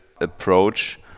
approach